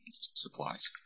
supplies